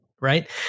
Right